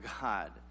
God